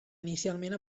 inicialment